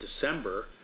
December